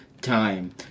time